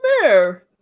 mayor